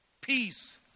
peace